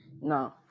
no